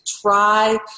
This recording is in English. try